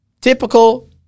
Typical